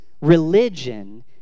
Religion